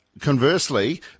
conversely